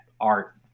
art